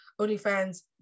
OnlyFans